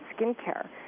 skincare